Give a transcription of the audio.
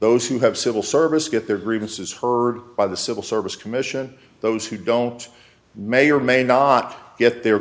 those who have civil service get their grievances heard by the civil service commission those who don't may or may not get their